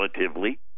relatively